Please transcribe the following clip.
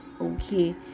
okay